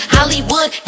Hollywood